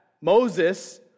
Moses